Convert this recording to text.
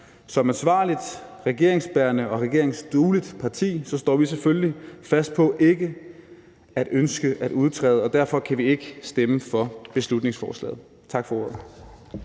Som ansvarligt regeringsbærende og regeringsdueligt parti står vi selvfølgelig fast på ikke at ønske at udtræde. Og derfor kan vi ikke stemme for beslutningsforslaget. Tak for ordet.